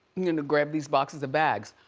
you're gonna grab these boxes of bags.